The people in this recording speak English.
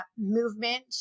movement